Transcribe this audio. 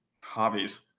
hobbies